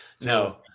No